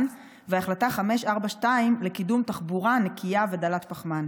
וההחלטה 542 לקידום תחבורה נקייה ודלת פחמן.